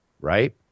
right